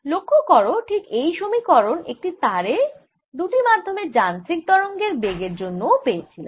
লক্ষ্য করো ঠিক এই সমীকরণ একটি তারের দুটি মাধ্যমে যান্ত্রিক তরঙ্গের বেগ এর জন্য ও পেয়েছিলাম